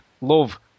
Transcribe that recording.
love